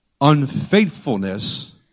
Unfaithfulness